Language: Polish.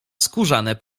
skórzane